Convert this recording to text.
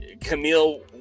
Camille